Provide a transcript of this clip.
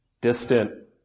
Distant